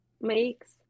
makes